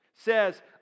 says